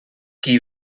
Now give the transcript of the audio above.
qui